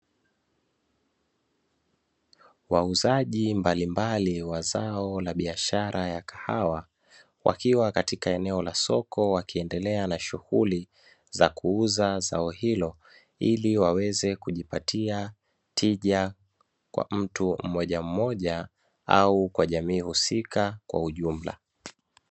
Wauzaji mbalimbali wa zao la biashara ya kahawa wakiwa katika eneo la soko wakiendelea na shughuli za kuuza zao hilo, ili waweza kujipatia tija kwa mtu mmoja mmoja au kwa jamii husika kwa ujumla.